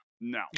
no